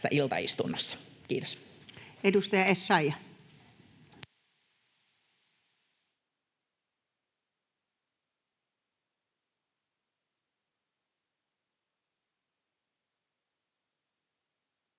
iltaistunnossa.— Kiitos. Edustaja Essayah.